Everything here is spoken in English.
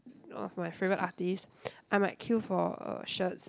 of my favourite artiste I might queue for uh shirts